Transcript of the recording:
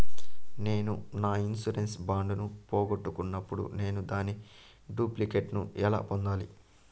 నేను నా insurance bond ను పోగొట్టుకున్నప్పుడు నేను దాని డూప్లికేట్ ను ఎలా పొందాలి?